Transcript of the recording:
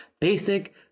basic